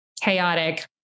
chaotic